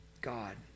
God